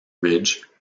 ridge